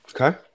Okay